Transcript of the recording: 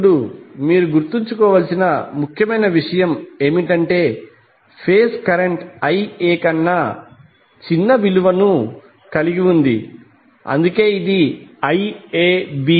ఇప్పుడు మీరు గుర్తుంచుకోవలసిన ముఖ్యమైన విషయం ఏమిటంటే ఫేజ్ కరెంట్ Ia కన్నా చిన్న విలువను కలిగి ఉంది అందుకే ఇది IAB